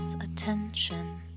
attention